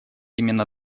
именно